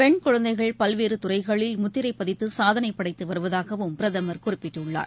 பெண்குழந்தைகள் பல்வேறு துறைகளில் முத்திரை பதித்து சாதனை படைத்து வருவதாகவும் பிரதமர் குறிப்பிட்டுள்ளார்